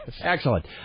Excellent